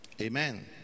amen